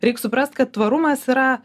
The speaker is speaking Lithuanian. reik suprast kad tvarumas yra